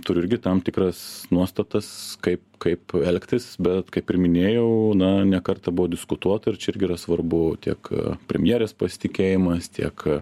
turiu irgi tam tikras nuostatas kaip kaip elgtis bet kaip ir minėjau na ne kartą buvo diskutuota ir čia irgi yra svarbu tiek premjerės pasitikėjimas tiek